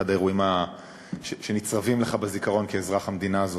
אחד האירועים שנצרבים לך בזיכרון כאזרח המדינה הזאת.